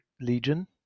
legion